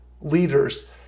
leaders